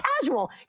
casual